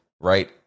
right